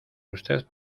usted